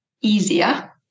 easier